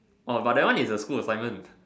orh but that one is a school assignment